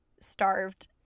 starved